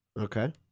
Okay